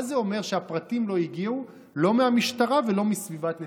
מה זה אומר שהפרטים לא הגיעו לא מהמשטרה ולא מסביבת נתניהו?